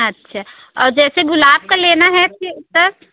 अच्छा और जैसे गुलाब का लेना है सर